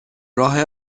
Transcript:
راه